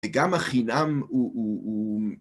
וגם החינם הוא...